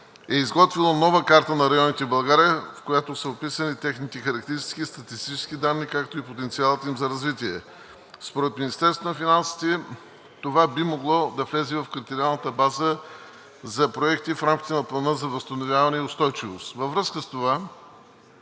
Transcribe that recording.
е изготвило нова карта на районите в България, в която са описани техните характеристики, статистически данни, както и потенциалът им за развитие. Според Министерството на финансите това би могло да влезе в кадастралната база за проекти в рамките на Плана за възстановяване и устойчивост. Във връзка с това